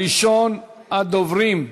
ראשון הדוברים,